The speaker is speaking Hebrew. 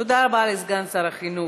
תודה רבה לסגן שר החינוך,